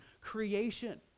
creation